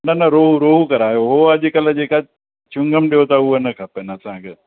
न न रोहू रोहू करायो हो अॼु कल्ह जेका चुंगम ॾियो था उहा न खपनि असांखे